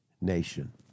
nation